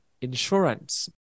insurance